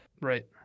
Right